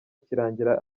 kirangira